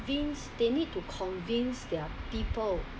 convince they need to convince their people